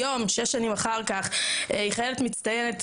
היום שש שנים אחר כך היא חיילת מצטיינת,